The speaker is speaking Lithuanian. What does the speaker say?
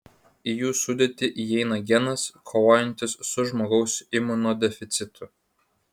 į jų sudėtį įeina genas kovojantis su žmogaus imunodeficitu